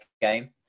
game